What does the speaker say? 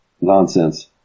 nonsense